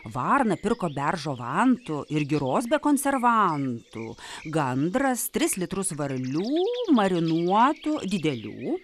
varna pirko beržo vantų ir giros be konservantų gandras tris litrus varlių marinuotų didelių